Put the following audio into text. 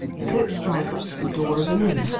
the coach drives up to the door of an inn.